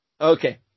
Okay